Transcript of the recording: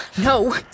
No